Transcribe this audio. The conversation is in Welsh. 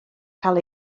gael